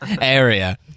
area